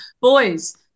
Boys